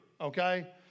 Okay